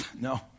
No